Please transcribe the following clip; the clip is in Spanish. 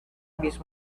miss